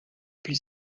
plus